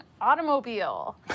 automobile